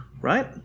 right